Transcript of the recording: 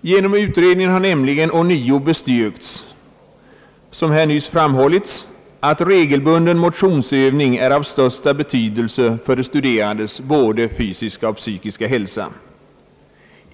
Genom utredningen har nämligen ånyo bestyrkts, såsom här nyss framhållits, att regelbunden motionsutövning är av största betydelse för de studerandes både fysiska och psykiska hälsa.